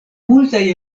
multaj